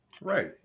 Right